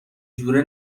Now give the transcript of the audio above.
جوره